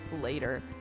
later